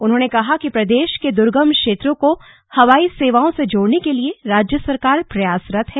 उन्होंने कहा कि प्रदेश के दुर्गम क्षेत्रों को हवाई सेवाओं से जोड़ने के लिए राज्य सरकार प्रयासरत है